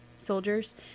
soldiers